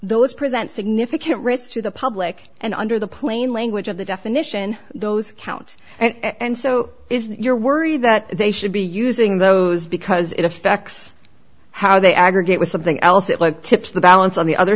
those present significant risks to the public and under the plain language of the definition those counts and so if you're worried that they should be using those because it affects how they aggregate with something else it like tips the balance on the other